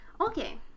Okay